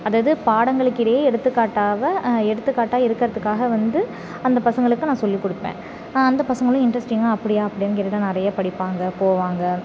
அதாவது பாடங்களுக்கிடையே எடுத்துக்காட்டா எடுத்துக்காட்டாக இருக்கிறதுக்காக வந்து அந்த பசங்களுக்கு நான் சொல்லிக் கொடுப்பேன் அந்த பசங்களும் இன்ட்ரெஸ்டிங்காக அப்படியா அப்படியானு கேட்டுகிட்டு நிறையா படிப்பாங்க போவாங்க